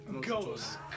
goes